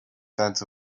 sense